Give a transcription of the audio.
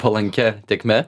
palankia tėkme